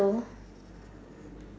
below